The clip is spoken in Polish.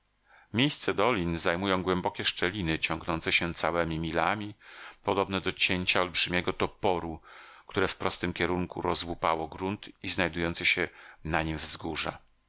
miejsce dolin zajmują głębokie szczeliny ciągnące się całemi milami podobne do cięcia olbrzymiego toporu które w prostym kierunku rozłupało grunt i znajdujące się na nim